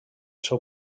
seu